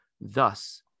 Thus